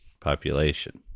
population